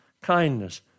kindness